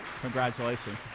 congratulations